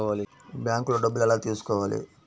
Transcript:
బ్యాంక్లో డబ్బులు ఎలా తీసుకోవాలి?